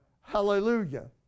Hallelujah